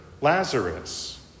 Lazarus